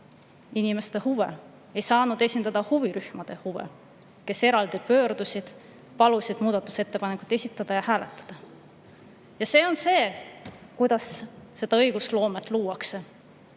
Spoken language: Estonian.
inimeste huve, ei saanud esindada huvirühmade huve, kes meie poole eraldi pöördusid ja palusid muudatusettepanekuid esitada ja hääletada. See on viis, kuidas õigusloomet luuakse.